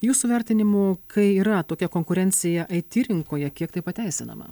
jūsų vertinimu kai yra tokia konkurencija aity rinkoje kiek tai pateisinama